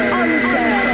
unfair